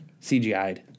CGI'd